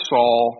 Saul